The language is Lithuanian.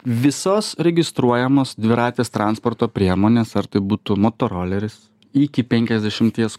visos registruojamos dviratės transporto priemonės ar tai būtų motoroleris iki penkiasdešimties